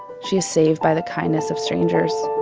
she is saved by the kindness of strangers